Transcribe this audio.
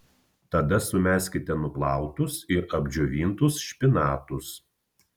tada sumeskite nuplautus ir apdžiovintus špinatus